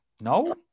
No